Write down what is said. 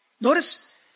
Notice